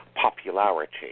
popularity